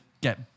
get